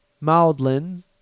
Maudlin